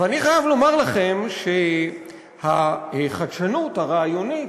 ואני חייב לומר לכם שהחדשנות הרעיונית